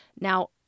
Now